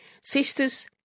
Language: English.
Sisters